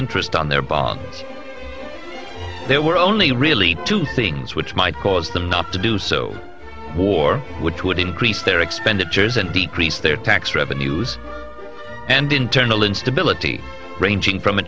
interest on their bonds there were only really two things which might cause them not to do so war which would increase their expenditures and decrease their tax revenues and internal instability ranging from a